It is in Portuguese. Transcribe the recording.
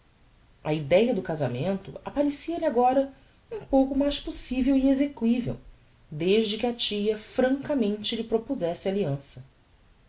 a ideia do casamento apparecia lhe agora um pouco mais possivel e exequivel desde que a tia francamente lhe propuzesse alliança